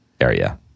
area